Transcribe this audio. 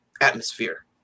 atmosphere